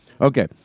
Okay